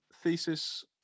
thesis